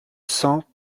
cents